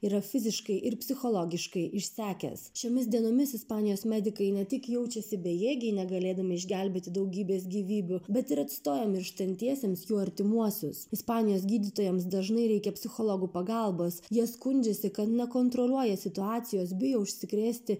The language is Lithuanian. yra fiziškai ir psichologiškai išsekęs šiomis dienomis ispanijos medikai ne tik jaučiasi bejėgiai negalėdami išgelbėti daugybės gyvybių bet ir atstoja mirštantiesiems jų artimuosius ispanijos gydytojams dažnai reikia psichologų pagalbos jie skundžiasi kad nekontroliuoja situacijos bijo užsikrėsti